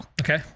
Okay